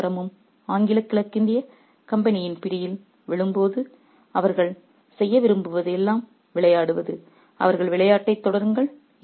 முழு நகரமும் ஆங்கில கிழக்கிந்திய கம்பெனியின் பிடியில் விழும்போது அவர்கள் செய்ய விரும்புவது எல்லாம் விளையாடுவது அவர்களின் விளையாட்டைத் தொடருங்கள்